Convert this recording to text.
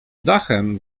dachem